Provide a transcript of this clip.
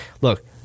look—